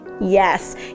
Yes